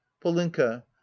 Polinka